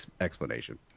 explanation